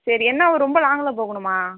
சரி என்ன ஒரு ரொம்ப லாங்கில் போகணுமா